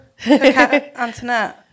antonette